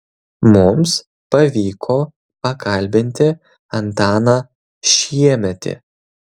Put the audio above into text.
mums pavyko pakalbinti antaną šiemetį